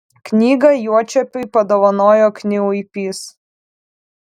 knygą juočepiui padovanojo kniuipys